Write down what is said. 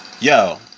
Yo